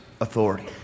authority